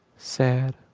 sad.